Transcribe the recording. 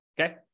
okay